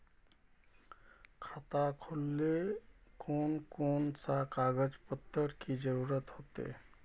खाता खोलेले कौन कौन सा कागज पत्र की जरूरत होते?